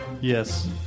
Yes